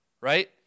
right